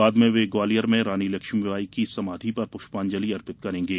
बाद में वे ग्वालियर में रानी लक्ष्मीबाई की समाधि पर पुष्पांजली अर्पित करेंगे